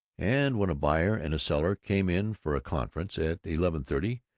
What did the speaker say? and when a buyer and a seller came in for a conference at eleven-thirty,